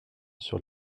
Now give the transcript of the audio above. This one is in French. sur